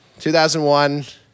2001